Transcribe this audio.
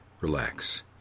relax